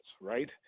right